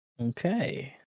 Okay